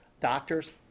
doctors